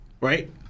right